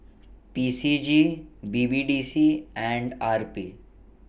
P C G B B D C and R P